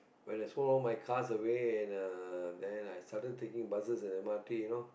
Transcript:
when I sold my cars away and a then I started taking buses and m_r_t you know